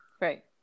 Right